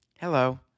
hello